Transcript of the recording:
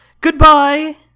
goodbye